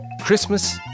Christmas